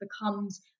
becomes